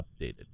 updated